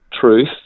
truth